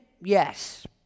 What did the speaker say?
yes